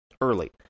early